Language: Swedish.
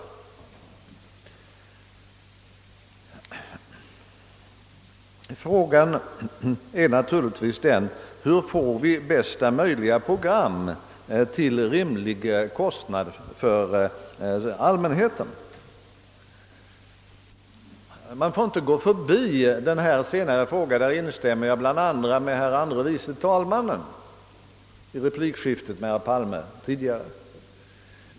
Frågan är naturligtvis hur vi skall få bästa möjliga program till rimlig kostnad för allmänheten. Man får inte gå förbi denna senare fråga. Därvidlag instämmer jag i vad bl.a. herr andre vice talmannen Cassel tidigare yttrade i replikskiftet med herr Palme.